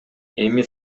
эми